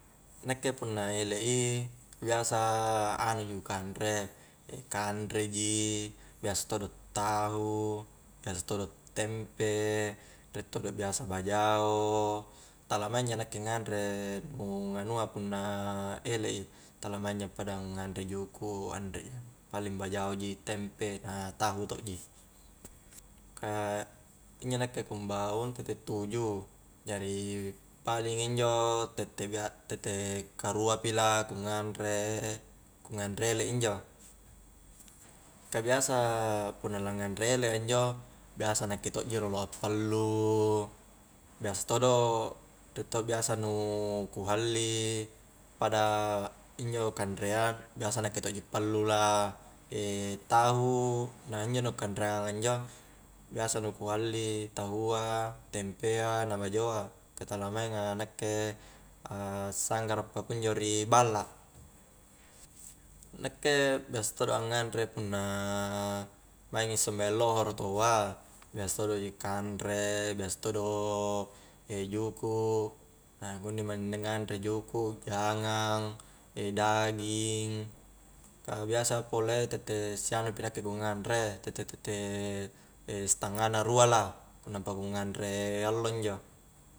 Nakke punna elek i biasa anuji ku kanre kanre ji, biasa todo tahu, biasa todo tempe, riek todo biasa bajao tala maingja nakke nganre nu nganua punna elek i, tala maing ja pada ngare juku' anre, paling bajao ji, tempe, na tahu to'ji ka injo nakke ku ambaung tette tuju, jari paling injo tette bia-tette karua pi la ku nganre-ku nganre elek injo ka biasa punna la nganre elek a injo biasa nakke to'ji rolo appalu biasa todo' riek to' biasa nu ku halli pada injo kanrea biasa nakke to'ji pallu la tahu na injo nu kanreangang a injo biasa nu ku halli tahua, tempea, na bajao a, ka tala mainga nakke a'sanggara pakunjo ri balla nakke biasa todo' a nganre punna maingi sumbayang lohoro taua biasa todo ji kanre, biasa todo juku' juku' jangang daging ka biasa pole tette sianu pi nakke ku nganre, tette-tette setengana rua lah nampa ku nganre allo injo